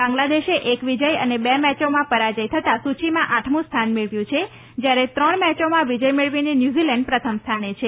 બાંગ્લાદેશે એક વિજય અને બે મેચોમાં પરાજય થતાં સૂચિમાં આઠમું સ્થાન મેળવ્યું છે જયારે ત્રણ મેચોમાં વિજય મેળવીને ન્યુઝીલેન્ડ પ્રથમ સ્થાને છે